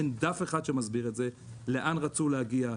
אין דף אחד שמסביר לאן רצו להגיע,